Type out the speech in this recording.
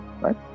right